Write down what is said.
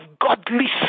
godly